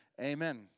Amen